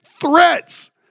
threats